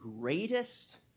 greatest